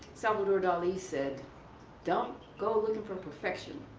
salvador dali said don't go looking for perfection.